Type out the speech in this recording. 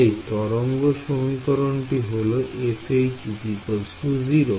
তাই তরঙ্গ সমীকরণটি হল 0